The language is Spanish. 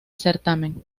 certamen